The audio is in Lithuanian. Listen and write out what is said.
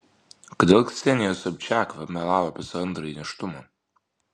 kodėl ksenija sobčiak melavo apie savo antrąjį nėštumą